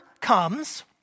comes